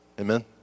Amen